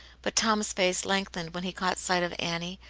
but tom s face lengthened when he caught sight of annie,